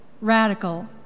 radical